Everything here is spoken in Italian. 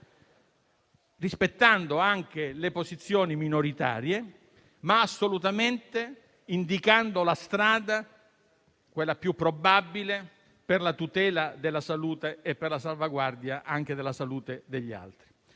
rispettando anche le posizioni minoritarie, ma indicando assolutamente la strada - quella più probabile - per la tutela della salute e per la salvaguardia della salute degli altri.